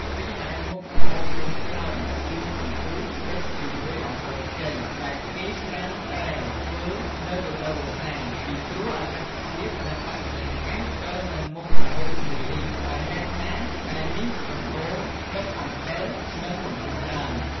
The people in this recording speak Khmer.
រីឯមុខម្ហូបចុងក្រោយគឺកំពឹសបុកជាមួយអំពិលខ្ចី ដែលគេច្រើនតែធ្វើនៅរដូវស្សាពីព្រោះអាកាសធាតុ និងបរិយាកាសត្រូវនឹងមុខម្ហូបមួយនេះ ដោយហេតុថាខែនេះសំបូរក្តិបអំពិល និងកំពឹសច្រើន។